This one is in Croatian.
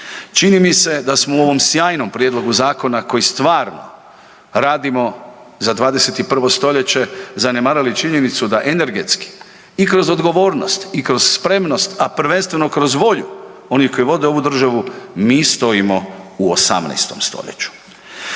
Čini mi se da smo u ovom sjajnom prijedlogu zakona koji stvarno radimo za 21. stoljeće zanemarili činjenicu da energetski i kroz odgovornost i kroz spremnost, a prvenstveno kroz volju onih koji vode ovu državu mi stojimo u 18. stoljeću.